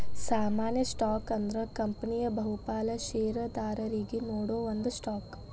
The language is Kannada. ಸಾಮಾನ್ಯ ಸ್ಟಾಕ್ ಅಂದ್ರ ಕಂಪನಿಯ ಬಹುಪಾಲ ಷೇರದಾರರಿಗಿ ನೇಡೋ ಒಂದ ಸ್ಟಾಕ್